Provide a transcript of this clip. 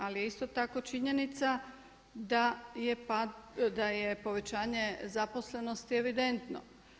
Ali je isto tako činjenica da je povećanje zaposlenosti evidentno.